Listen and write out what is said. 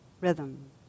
rhythm